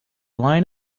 line